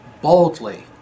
boldly